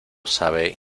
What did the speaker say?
sabe